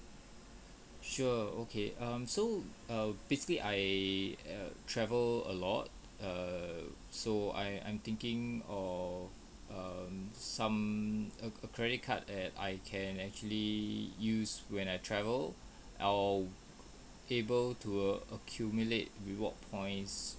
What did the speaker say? sure okay um so err basically I err travel a lot err so I I'm thinking of um some cre~ cre~ credit card that I can actually use when I travel I'll able to accumulate reward points